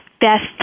best